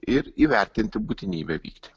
ir įvertinti būtinybę vykti